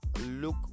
look